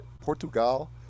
Portugal